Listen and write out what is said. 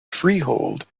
freehold